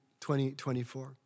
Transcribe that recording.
2024